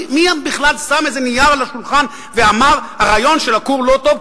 מי בכלל שם איזה נייר על השולחן ואמר: הרעיון של הכור לא טוב,